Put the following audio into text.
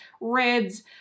reds